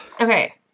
Okay